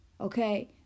Okay